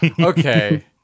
Okay